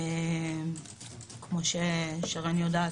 כמו ששרן אני יודעת,